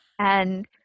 And-